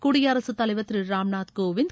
குடியரசுத் தலைவர் திரு ராம்நாத் கோவிந்த்